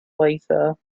later